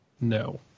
No